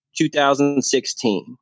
2016